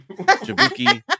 Jabuki